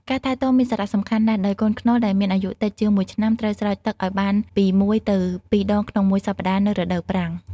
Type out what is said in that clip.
ការថែទាំមានសារៈសំខាន់ណាស់ ដោយកូនខ្នុរដែលមានអាយុតិចជាងមួយឆ្នាំ ត្រូវស្រោចទឹកឲ្យបានពី ១ ទៅ ២ ដងក្នុងមួយសប្តាហ៍នៅរដូវប្រាំង។